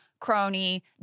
crony